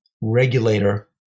Regulator